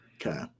Okay